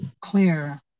clear